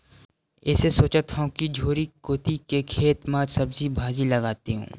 एसो सोचत हँव कि झोरी कोती के खेत म सब्जी भाजी लगातेंव